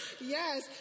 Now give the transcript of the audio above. Yes